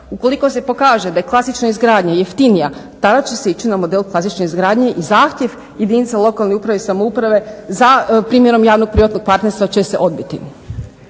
Ukoliko se pokaže da je klasična izgradnja jeftinija tada će se ići na model klasične izgradnje i zahtjev jedinica lokalne uprave i samouprave za primjerom javno-privatnog partnerstva će se odbiti.